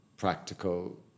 practical